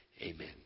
Amen